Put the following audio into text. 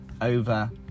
over